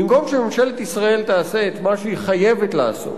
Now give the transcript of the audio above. במקום שממשלת ישראל תעשה את מה שהיא חייבת לעשות,